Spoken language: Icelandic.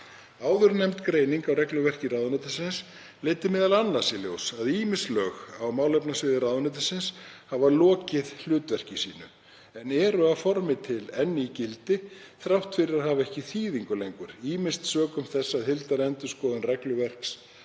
Áðurnefnd greining á regluverki ráðuneytisins leiddi m.a. í ljós að ýmis lög á málefnasviði þess hafa lokið hlutverki sínu en eru að formi til enn í gildi þrátt fyrir að hafa ekki þýðingu lengur, ýmist sökum þess að heildarendurskoðun regluverks